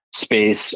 space